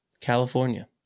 California